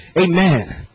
Amen